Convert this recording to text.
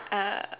uh